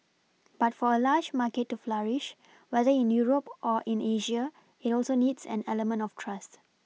but for a large market to flourish whether in Europe or in Asia it also needs an element of trust